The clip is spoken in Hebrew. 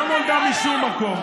היא לא נולדה משום מקום.